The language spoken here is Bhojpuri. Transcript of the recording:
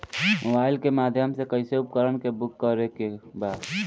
मोबाइल के माध्यम से कैसे उपकरण के बुक करेके बा?